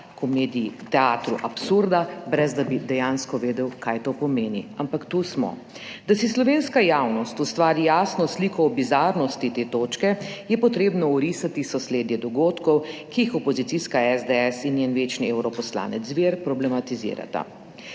ko mediji teatru absurda brez da bi dejansko vedel kaj to pomeni, ampak tu smo. Da si slovenska javnost ustvari jasno sliko o bizarnosti te točke je potrebno orisati sosledje dogodkov, ki jih opozicijska SDS in njen večni evroposlanec Zver problematizirata.